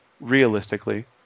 Realistically